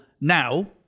now